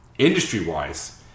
Industry-wise